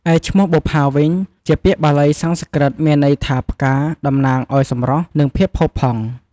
ឯឈ្មោះបុប្ផាវិញ ជាពាក្យបាលីសំស្ក្រឹត មានន័យថា ផ្កា តំណាងឲ្យសម្រស់ និងភាពផូរផង់។